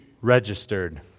registered